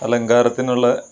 അലങ്കാരത്തിനുള്ള